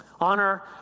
Honor